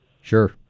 Sure